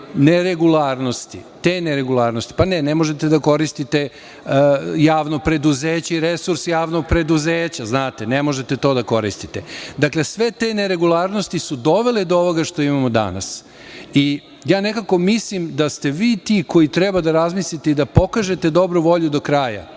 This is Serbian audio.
pravo. Dakle, te neregularnosti, ne možete da koristite javno preduzeće i resurs javnog preduzeća, ne možete to da koristite, sve te neregularnosti su dovele do ovoga što imamo danas i ja nekako mislim da ste vi ti koji treba da razmislite i da pokažete dobru volju do kraja,